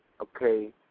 okay